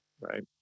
right